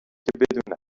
بدونم